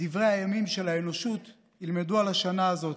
בדברי הימים של האנושות ילמדו על השנה הזאת,